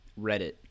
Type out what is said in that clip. reddit